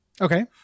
Okay